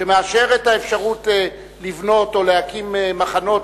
שמאשר את האפשרות לבנות או להקים מחנות